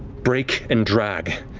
break and drag.